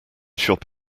shop